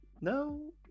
no